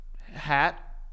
Hat